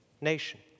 nation